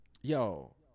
Yo